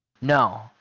no